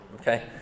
Okay